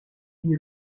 une